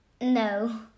No